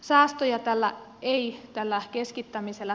säästöjä tällä keskittämisellä ei tule